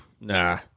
Nah